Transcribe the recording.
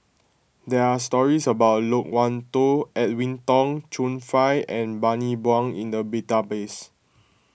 there are stories about Loke Wan Tho Edwin Tong Chun Fai and Bani Buang in the database